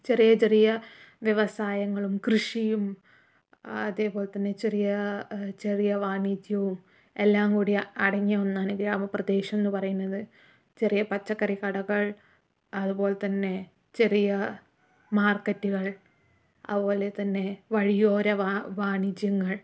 ചെറിയ ചെറിയ വ്യവസായങ്ങളും കൃഷിയും അതേപോലത്തന്നെ ചെറിയ ചെറിയ വാണിജ്യവും എല്ലാം കൂടി അടങ്ങിയ ഒന്നാണ് ഗ്രാമപ്രദേശം എന്ന് പറയുന്നത് ചെറിയ പച്ചക്കറികടകൾ അതുപോലെതന്നെ ചെറിയ മാർക്കറ്റുകൾ അതുപോലെതന്നെ വഴിയോര വാ വാണിജ്യങ്ങൾ